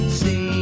see